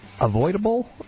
avoidable